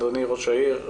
אדוני ראש העיר,